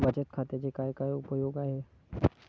बचत खात्याचे काय काय उपयोग आहेत?